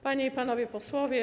Panie i Panowie Posłowie!